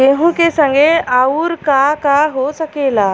गेहूँ के संगे आऊर का का हो सकेला?